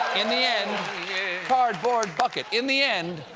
in the end cardboard bucket! in the end,